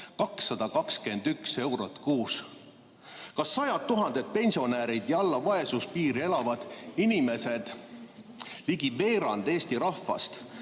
221 eurot kuus! Kas sajad tuhanded pensionärid ja alla vaesuspiiri elavad inimesed, ligi veerand Eesti rahvast,